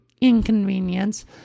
inconvenience